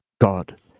God